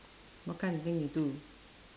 what kind of thing you do